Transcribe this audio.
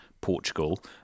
Portugal